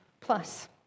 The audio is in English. Plus